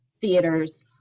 theaters